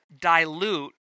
dilute